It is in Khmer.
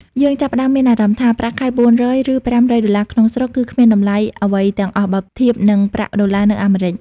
យើងចាប់ផ្តើមមានអារម្មណ៍ថា ប្រាក់ខែ ៤០០ ឬ ៥០០ ដុល្លារក្នុងស្រុក គឺគ្មានតម្លៃអ្វីទាំងអស់បើធៀបនឹងប្រាក់ដុល្លារនៅអាមេរិក។